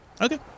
Okay